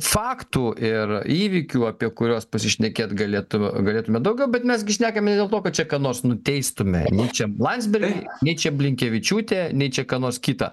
faktų ir įvykių apie kuriuos pasišnekėt galėtų galėtume daugiau bet mes šnekam ne dėl to kad čia ką nors nuteistume nei čia landsbergį nei čia blinkevičiūtę nei čia ką nors kita